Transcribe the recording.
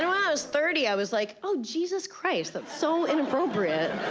i was thirty i was like, oh, jesus christ. that's so inappropriate.